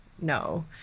no